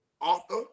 author